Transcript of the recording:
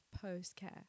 post-care